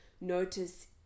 Notice